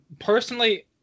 Personally